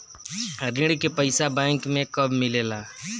ऋण के पइसा बैंक मे कब मिले ला?